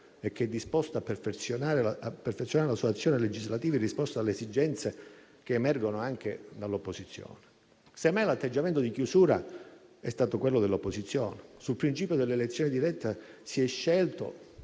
e che è disposta a perfezionare la sua azione legislativa in risposta alle esigenze che emergono anche dall'opposizione. Semmai, l'atteggiamento di chiusura è stato quello dell'opposizione. Sul principio dell'elezione diretta si è scelto